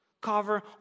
cover